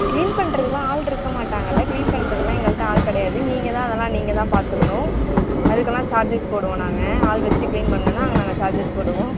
clean பண்ணுறதுக்குலாம் ஆள் இருக்கமாட்டாங்கள்ல கிளீன் பண்றதுக்கெலாம் எங்கள்ட ஆள் கிடையாது நீங்ள்தான் அதெலாம் நீங்கள்தான் பார்த்துக்குணும் அதுக்கெலாம் சார்ஜஸ் போடுவோம் நாங்கள் ஆள் வச்சு கிளீன் பண்ணணுன்னா அங்கே நாங்கள் சார்ஜஸ் போடுவோம்